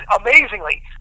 amazingly